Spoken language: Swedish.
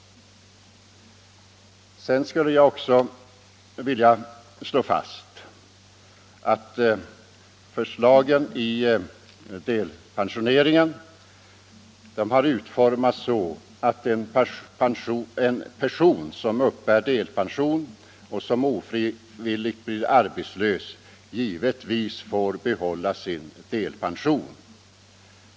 Sedan skulle jag också vilja slå fast att förslaget rörande delpensionering har utformats så att en person som uppbär delpension och som ofrivilligt blir arbetslös givetvis får behålla delpensionen.